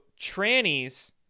trannies